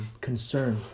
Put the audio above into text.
concern